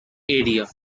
area